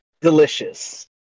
delicious